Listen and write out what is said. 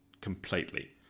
completely